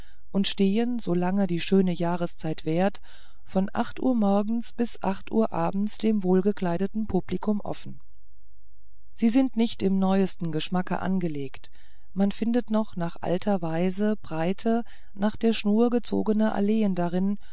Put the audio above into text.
und stehen solange die schöne jahreszeit währt von acht uhr morgens bis acht uhr abends dem wohlgekleideten publikum offen sie sind nicht im neuesten geschmacke angelegt man findet noch nach alter weise breite nach der schnur gezogene alleen darin